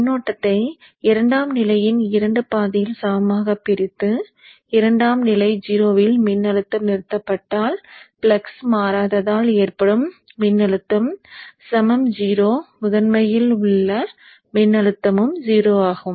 மின்னோட்டத்தை இரண்டாம் நிலையின் 2 பாதியில் சமமாகப் பிரித்து இரண்டாம் நிலை 0 இல் மின்னழுத்தம் நிறுத்தப்பட்டால் ஃப்ளக்ஸ் மாறாததால் ஏற்படும் மின்னழுத்தம் 0 முதன்மையில் உள்ள மின்னழுத்தமும் 0 ஆகும்